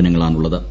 സരസ്വതി അമ്മ